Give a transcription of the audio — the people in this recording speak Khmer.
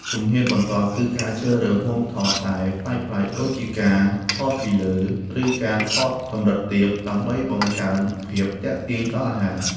ជំហានបន្ទាប់ គឺការជ្រើសរើសមុំថតដែលប្លែកៗ ដូចជាការថតពីលើ ឬការថតកម្រិតទាប ដើម្បីបង្កើនភាពទាក់ទាញដល់អាហារ។